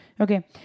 Okay